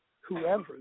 whoever